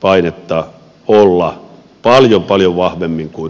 painetta olla paljon paljon vahvemmin kuin nyt on ollut